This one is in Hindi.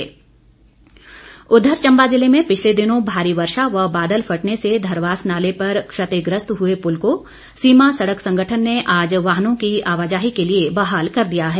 पुल बहाल उधर चम्बा जिले में पिछले दिनों भारी वर्षा व बादल फटने से धरवास नाले पर क्षतिग्रस्त हुए पुल को सीमा सड़क संगठन ने आज वाहनों की आवाजाही के लिए बहाल कर दिया गया है